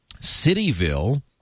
Cityville